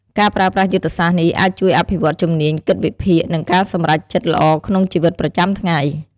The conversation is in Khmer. ការប្រើប្រាស់យុទ្ធសាស្ត្រនេះអាចជួយអភិវឌ្ឍជំនាញគិតវិភាគ និងការសម្រេចចិត្តល្អក្នុងជីវិតប្រចាំថ្ងៃ។